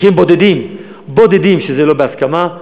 היו מקרים בודדים שזה לא בהסכמה,